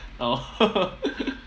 oh